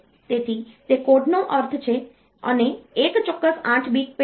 તેથી તે કોડનો અર્થ છે અને એક ચોક્કસ 8 બીટ પેટર્ન